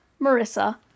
Marissa